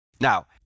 Now